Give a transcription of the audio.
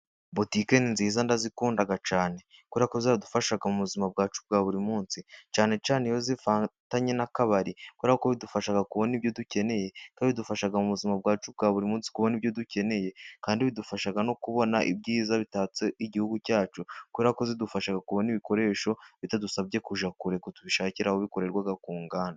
Butike ni nziza ndazikunda cyane, kubera ko ziradufasha mu buzima bwacu bwa buri munsi. Cyane cyane iyo zifatanye n'akabari, kubera ko bidufasha kubona ibyo dukeneye, kandi bidufasha mu buzima bwacu bwa buri munsi kubona ibyo dukeneye, kandi bidufasha no kubona ibyiza bitatse igihugu cyacu, kubera ko zidufasha kubona ibikoresho bitadusabye kujya kure, ngo tubishakire aho bikorerwa ku nganda.